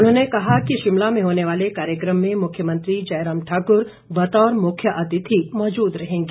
उन्होंने कहा कि शिमला में होने वाले कार्यक्रम में मुख्यमंत्री जयराम ठाकुर बतौर मुख्यातिथि मौजूद रहेंगे